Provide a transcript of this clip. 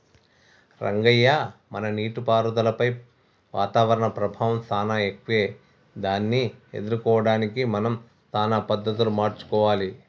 రంగయ్య మన నీటిపారుదలపై వాతావరణం ప్రభావం సానా ఎక్కువే దాన్ని ఎదుర్కోవడానికి మనం సానా పద్ధతులు మార్చుకోవాలి